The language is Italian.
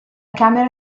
camera